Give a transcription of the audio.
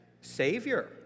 Savior